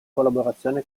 collaborazione